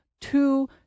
two